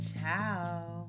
Ciao